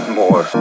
more